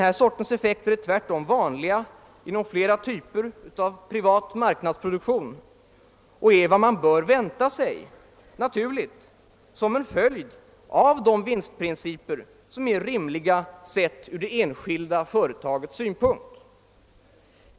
Den sortens effekter är tvärtom vanliga inom flera typer av privat marknadsproduktion och är vad man bör vänta sig som en naturlig följd av de vinstprinciper som är rimliga, sett från det enskilda företagets synpunkt.